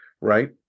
right